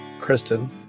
Kristen